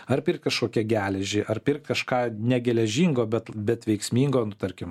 ar pirkt kažkokią geležį ar pirkt kažką ne geležingo bet bet veiksmingo nu tarkim